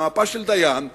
על המפה של דיין,